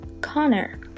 Connor